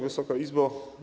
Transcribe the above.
Wysoka Izbo!